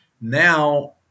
Now